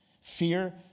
Fear